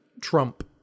trump